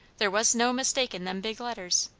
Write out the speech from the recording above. there was no mistakin' them big letters.